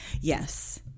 yes